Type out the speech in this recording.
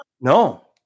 No